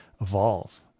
evolve